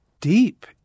deep